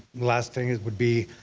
last thing would be